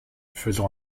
faisons